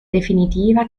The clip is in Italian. definitiva